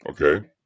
Okay